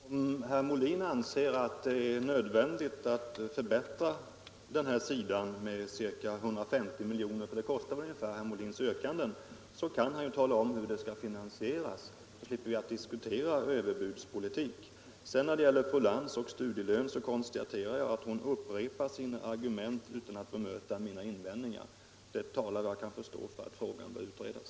Herr talman! Om herr Molin anser att det är nödvändigt att förbättra studiebidragen med 150 milj.kr. — det är ungefär vad herr Molins yrkande kostar — kan han ju tala om hur det skall finansieras så slipper vi diskutera överbudspolitik. Jag konstaterar att fru Lantz när det gäller studielön bara upprepar sina argument utan att bemöta mina invändningar. Det talar såvitt jag kan förstå för att frågan bör utredas.